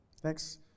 Thanks